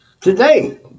Today